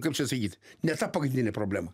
kaip čia sakyt ne ta pagrindinė problema